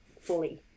fully